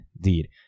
deed